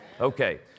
Okay